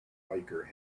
biker